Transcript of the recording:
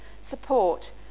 support